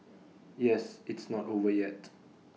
yes it's not over yet